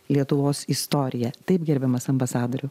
lietuvos istoriją taip gerbiamas ambasadoriau